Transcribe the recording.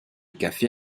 café